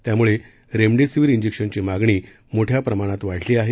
त्यामुळे रेमडेसिवीर जेक्शनची मागणी मोठ्या प्रमाणात वाढली आहे